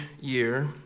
year